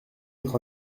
votre